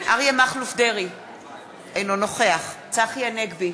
אריה מכלוף דרעי, אינו נוכח צחי הנגבי,